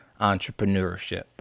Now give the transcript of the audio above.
entrepreneurship